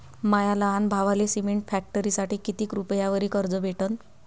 माया लहान भावाले सिमेंट फॅक्टरीसाठी कितीक रुपयावरी कर्ज भेटनं?